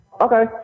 Okay